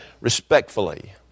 respectfully